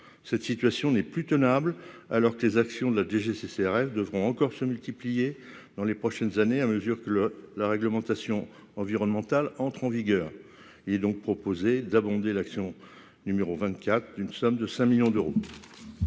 cette situation n'est plus tenable alors que les actions de la DGCCRF devront encore se multiplier dans les prochaines années à mesure que le la réglementation environnementale entre en vigueur et donc proposé d'abonder l'action numéro 24 d'une somme de 5 millions d'euros.